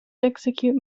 execute